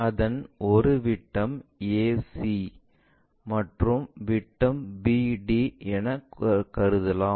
அதன் ஒரு விட்டம் AC மற்ற விட்டம் BD எனக் கருதலாம்